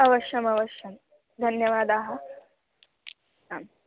अवश्यमवश्यं धन्यवदाः आम्